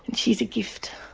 and she is a gift.